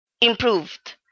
improved